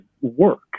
work